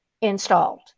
installed